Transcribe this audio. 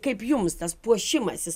kaip jums tas puošimasis